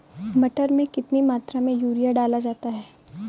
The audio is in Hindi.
मटर में कितनी मात्रा में यूरिया डाला जाता है?